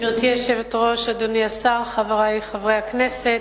גברתי היושבת-ראש, אדוני השר, חברי חברי הכנסת,